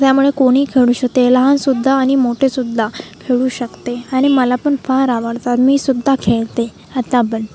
त्यामुळे कोणी खेळू शकेल लहान सुद्धा आणि मोठे सद्धा खेळू शकते आणि मला पण फार आवडतात मी सुद्धा खेळते आता पण